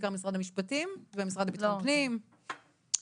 בעיקר משרד המשפטים ועם המשרד לביטחון פנים וכהנה.